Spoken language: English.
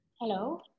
Hello